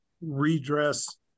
redress